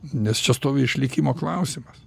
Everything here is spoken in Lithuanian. nes čia stovi išlikimo klausimas